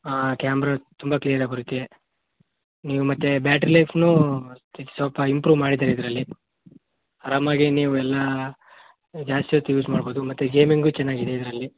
ಹಾಂ ಕ್ಯಾಮ್ರಾ ತುಂಬ ಕ್ಲೀಯರಾಗಿ ಬರುತ್ತೆ ನೀವು ಮತ್ತೆ ಬ್ಯಾಟ್ರಿ ಲೈಫ್ನೂ ಈಗ ಸ್ವಲ್ಪ ಇಂಪ್ರೂವ್ ಮಾಡಿದ್ದಾರೆ ಇದರಲ್ಲಿ ಆರಾಮಾಗಿ ನೀವೆಲ್ಲ ಜಾಸ್ತಿ ಹೊತ್ತು ಯೂಸ್ ಮಾಡ್ಬೋದು ಮತ್ತು ಗೇಮಿಂಗು ಚೆನ್ನಾಗಿದೆ ಇದರಲ್ಲಿ